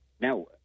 Now